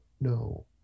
no